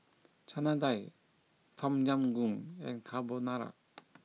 Chana Dal Tom Yam Goong and Carbonara